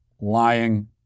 lying